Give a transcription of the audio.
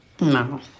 No